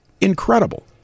Incredible